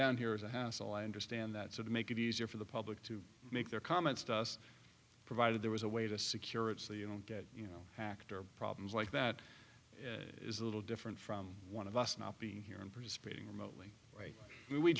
down here is a hassle i understand that sort of make it easier for the public to make their comments to us provided there was a way to secure it so you don't get you know factor problems like that is a little different from one of us not being here and participating remotely